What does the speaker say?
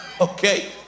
Okay